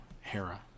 Hera